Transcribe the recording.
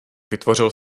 vytvořil